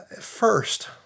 first